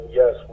yes